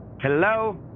Hello